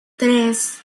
tres